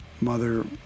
mother